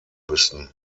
müssen